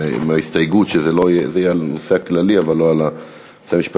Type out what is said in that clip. עם ההסתייגות שזה יהיה בנושא כללי ולא משפטי.